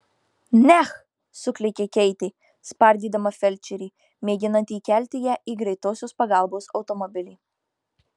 neh suklykė keitė spardydama felčerį mėginantį įkelti ją į greitosios pagalbos automobilį